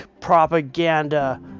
propaganda